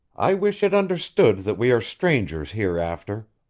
i wish it understood that we are strangers hereafter.